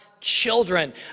children